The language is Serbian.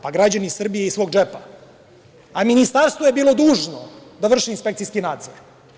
Pa, građani Srbije iz svog džepa, a ministarstvo je bilo dužno da vrši inspekcijski nadzor.